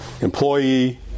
employee